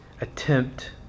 attempt